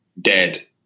dead